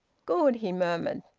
good, he murmured.